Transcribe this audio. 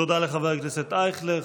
תודה לחבר הכנסת אייכלר.